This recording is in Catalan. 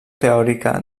teòrica